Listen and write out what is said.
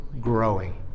growing